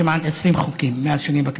כמעט 20 חוקים מאז שאני בכנסת.